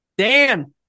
Dan